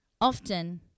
Often